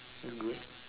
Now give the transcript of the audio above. good